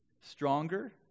stronger